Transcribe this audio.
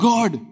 God